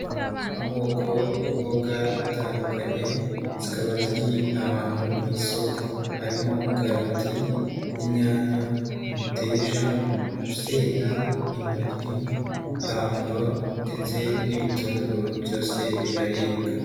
Amoko y'imboga atandukanye zikaba ziri ahantu mu isoko, harimo: karoti, inyanya, imiteja, urusenda, intoryi, pavuro ndetse n'ibitunguru byose biraribwa.